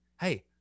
Hey